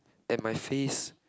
and my face